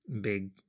big